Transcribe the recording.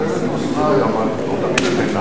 אתה מקבל את אוזני,